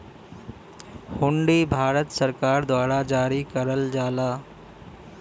हुंडी भारत सरकार द्वारा जारी करल जाला